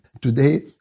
Today